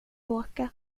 åka